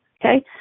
Okay